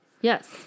yes